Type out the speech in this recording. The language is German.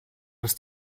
dass